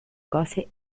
cose